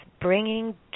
bringing